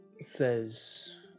says